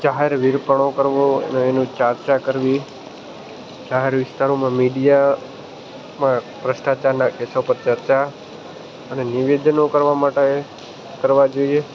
જાહેર વિરપનો કરવો અને એની ચાર ચાર કરવી કયા વિસ્તારોમાં મીડિયામાં ભ્રષ્ટાચારના એક વખત ચર્ચા અને નિવેદનો કરવા માટે કરવા જોઈએ